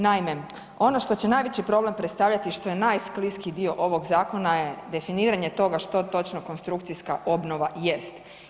Naime, ono što će najveći problem predstavljati, što je najskliskiji dio ovog zakona je definiranje toga što točno konstrukcijska obnova jest.